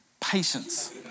patience